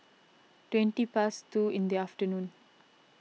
twenty past two in the afternoon